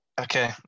Okay